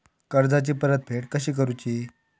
कर्जाची परतफेड कशी करुची?